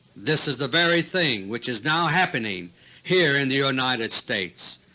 this is the very thing which is now happening here in the united states.